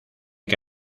que